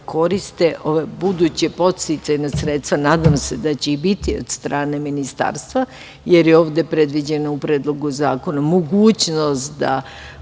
koriste buduća podsticajna, nadam se da će ih biti od strane Ministarstva, jer je ovde predviđena u Predlogu zakona mogućnost da